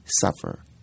suffer